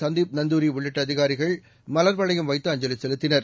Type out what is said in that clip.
சந்தீப் நந்தூரி உள்ளிட்ட அதிகாரிகள் மலர்வளையம் வைத்து அஞ்சலி செலுத்தினர்